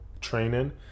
training